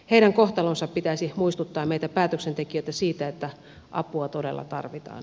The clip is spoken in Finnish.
heidän kohtalonsa pitäisi muistuttaa meitä päätöksentekijöitä siitä että apua todella tarvitaan